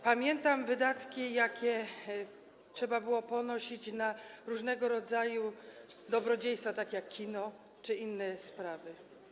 Pamiętam wydatki, jakie trzeba było ponosić na różnego rodzaju dobrodziejstwa takie jak kino czy inne sprawy.